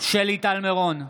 שלי טל מירון,